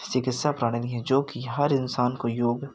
चिकित्सा प्रणाली है जो कि हर इंसान को योग